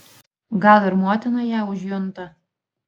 gal ir motina ją užjunta